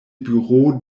bureaux